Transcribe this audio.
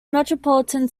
metropolitan